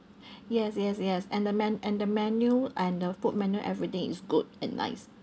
yes yes yes and the men~ and the menu and the food menu everything is good and nice